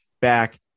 back